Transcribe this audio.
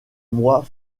moi